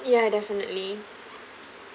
yeah definitely